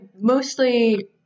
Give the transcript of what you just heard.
mostly